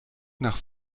nach